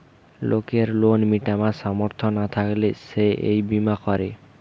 লোকের লোন মিটাবার সামর্থ না থাকলে সে এই বীমা করে